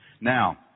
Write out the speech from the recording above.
Now